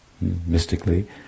mystically